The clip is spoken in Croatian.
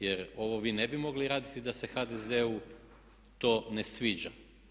Jer ovo vi ne bi mogli raditi da se HDZ-u to ne sviđa.